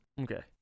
Okay